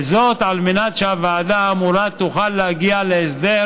על מנת שהוועדה האמורה תוכל להגיע להסדר